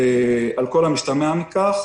על כל המשתמע מכך.